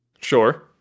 Sure